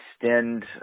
extend